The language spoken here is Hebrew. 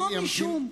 זה לא משום,